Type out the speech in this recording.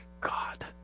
God